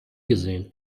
gesehen